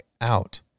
out